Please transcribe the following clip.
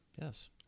Yes